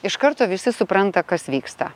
iš karto visi supranta kas vyksta